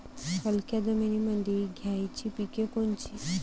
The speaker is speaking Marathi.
हलक्या जमीनीमंदी घ्यायची पिके कोनची?